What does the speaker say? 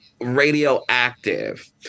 radioactive